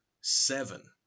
seven